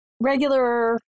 regular